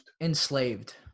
enslaved